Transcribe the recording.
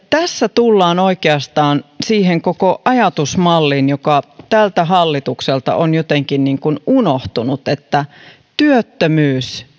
tässä tullaan oikeastaan siihen koko ajatusmalliin joka tältä hallitukselta on jotenkin niin kuin unohtunut työttömyys